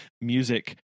music